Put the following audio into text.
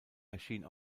erscheint